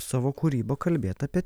savo kūryba kalbėt apie